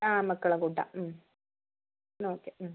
ആ മക്കള കൂട്ടാം എന്നാൽ ഓക്കെ